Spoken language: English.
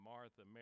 Martha